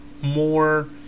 more